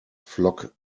flock